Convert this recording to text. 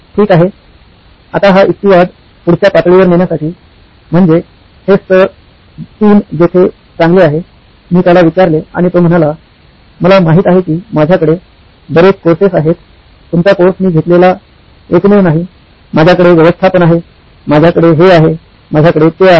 ठीक आहे आता हा युक्तिवाद पुढच्या पातळीवर नेण्यासाठी म्हणजे हे स्तर 3 जेथे चांगले आहे मी त्याला विचारले आणि तो म्हणाला मला माहित आहे की माझ्याकडे बरेच कोर्सेस आहेत तुमचा कोर्स मी घेतलेला एकमेव नाही माझ्याकडे व्यवस्थापन आहे माझ्याकडे हे आहे माझ्याकडे ते आहे